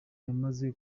yamaze